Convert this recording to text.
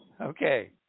Okay